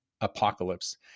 apocalypse